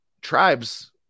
tribes